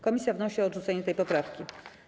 Komisja wnosi o odrzucenie tej poprawki.